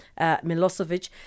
Milosevic